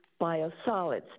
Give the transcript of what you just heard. biosolids